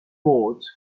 boards